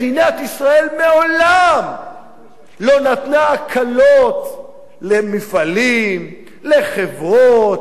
מדינת ישראל מעולם לא נתנה הקלות למפעלים, לחברות,